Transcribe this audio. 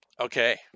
Okay